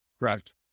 Correct